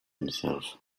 himself